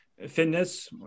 fitness